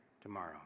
tomorrow